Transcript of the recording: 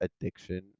addiction